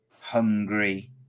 hungry